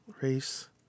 Race